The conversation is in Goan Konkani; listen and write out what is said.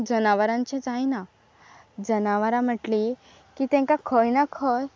जनावरांचें जायना जनावरां म्हटलीं की तेंकां खंय ना खंय